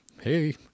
hey